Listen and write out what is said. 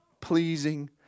pleasing